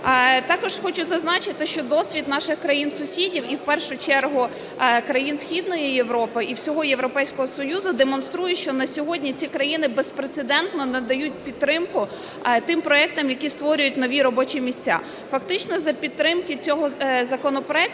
Також хочу зазначити, що досвід наших країн-сусідів, і в першу чергу країн Східної Європі і всього Європейського Союзу, демонструє, що на сьогодні ці країни безпрецедентно надають підтримку тим проектам, які створюють нові робочі місця. Фактично за підтримки цього законопроекту